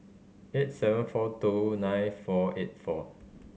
eight seven four two nine four eight four